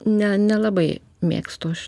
ne nelabai mėgstu aš